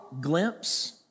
glimpse